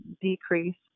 decrease